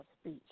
speech